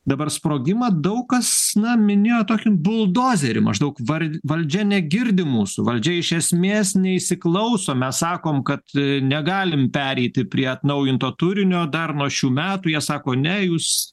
dabar sprogimą daug kas na minėjo tokį buldozerį maždaug var valdžia negirdi mūsų valdžia iš esmės neįsiklauso mes sakom kad negalim pereiti prie atnaujinto turinio dar nuo šių metų jie sako ne jūs